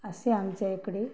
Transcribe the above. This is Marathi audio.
असे आमच्या इकडे